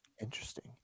Interesting